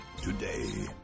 today